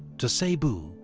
to cebu.